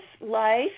life